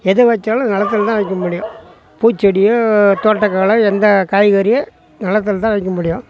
எதை வைச்சாலும் நிலத்துல தான் வைக்க முடியும் பூச்செடியோ தோட்டக்காலோ எந்த காய்கறியோ நிலத்துல தான் வைக்க முடியும்